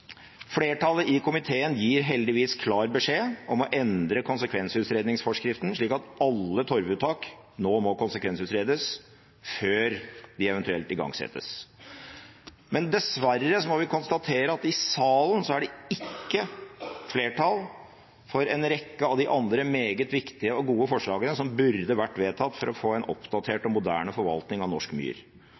Flertallet i komiteen gir heldigvis klar beskjed om å endre konskvensutredningsforskriften, slik at alle torvuttak nå må konsekvensutredes før de eventuelt igangsettes. Men dessverre må vi konstatere at i salen er det ikke flertall for en rekke av de andre meget viktige og gode forslagene som burde vært vedtatt for å få en oppdatert og moderne forvaltning av norsk myr.